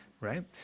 Right